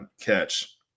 catch